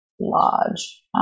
large